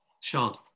sean